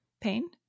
pain